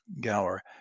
Gower